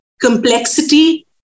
complexity